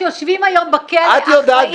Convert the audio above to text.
גם מסיעי מחבלים שיושבים היום בכלא --- חוק